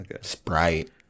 Sprite